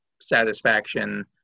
satisfaction